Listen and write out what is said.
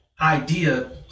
idea